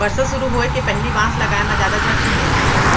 बरसा सुरू होए के पहिली बांस लगाए म जादा झटकुन होथे